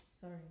sorry